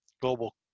global